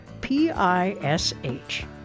P-I-S-H